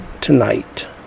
tonight